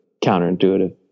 counterintuitive